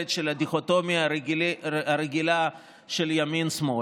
של הדיכוטומיה הרגילה של ימין שמאל.